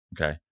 Okay